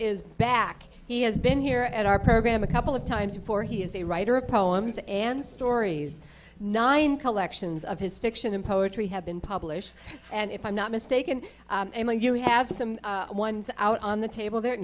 is back he has been here at our program a couple of times for he is a writer of poems and stories nine collections of his fiction and poetry have been published and if i'm not mistaken you have some one out on the table there